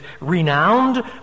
renowned